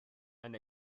and